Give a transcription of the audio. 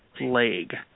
leg